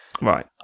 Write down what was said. Right